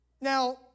Now